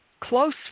close